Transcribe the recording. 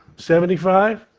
seventy-five?